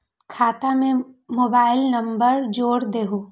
खाता में mobile number जोड़ दहु?